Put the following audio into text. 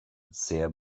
sehr